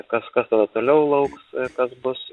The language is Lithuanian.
kažkas tada toliau lauks kas bus